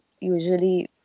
usually